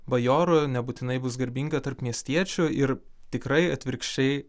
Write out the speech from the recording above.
bajorui nebūtinai bus garbinga tarp miestiečių ir tikrai atvirkščiai